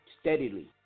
steadily